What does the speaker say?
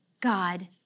God